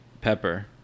Pepper